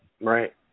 Right